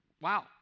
wow